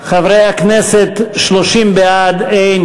הכנסת לבחור את חברי הכנסת גילה גמליאל,